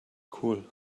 cool